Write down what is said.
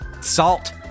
Salt